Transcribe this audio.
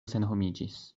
senhomiĝis